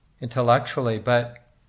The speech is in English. intellectually—but